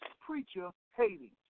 preacher-hating